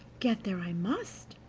get there i must,